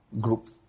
group